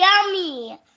yummy